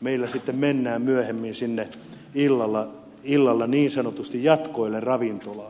meillä sitten mennään myöhemmin illalla niin sanotusti jatkoille ravintolaan